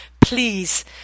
Please